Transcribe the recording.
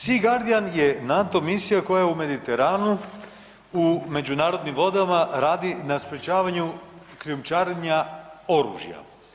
Sea Guardian je NATO misija koja u Mediteranu u međunarodnim vodama radi na sprječavanju krijumčarenja oružja.